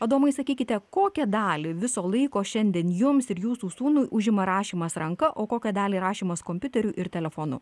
adomai sakykite kokią dalį viso laiko šiandien jums ir jūsų sūnui užima rašymas ranka o kokią dalį rašymas kompiuteriu ir telefonu